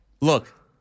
Look